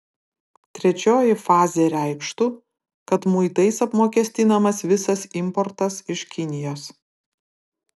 trečioji fazė reikštų kad muitais apmokestinamas visas importas iš kinijos